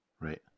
Right